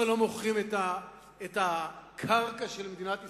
אבל לא מוכרים את הקרקע של מדינת ישראל,